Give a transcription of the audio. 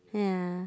yeah